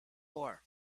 war